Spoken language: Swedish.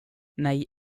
nej